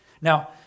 Now